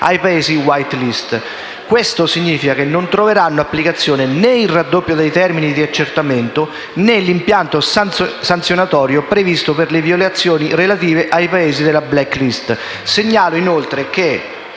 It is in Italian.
Questo significa che non troveranno applicazione né il raddoppio dei termini di accertamento, né l'impianto sanzionatorio previsto per le violazioni relative ai Paesi della *black list*.